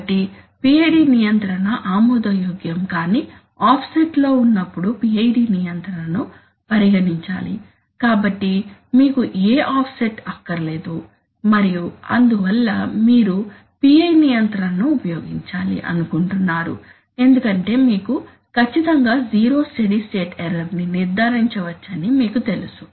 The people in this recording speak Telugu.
కాబట్టి P నియంత్రణ ఆమోదయోగ్యం కాని ఆఫ్సెట్లో ఉన్నప్పుడు PI నియంత్రణను పరిగణించాలి కాబట్టి మీకు ఏ ఆఫ్సెట్ అక్కరలేదు మరియు అందువల్ల మీరు PI నియంత్రణను ఉపయోగించాలి అనుకుంటున్నారు ఎందుకంటే మీకు ఖచ్చితంగా జీరో స్టడీ స్టేట్ ఎర్రర్ ని నిర్ధారించవచ్చని మీకు తెలుసు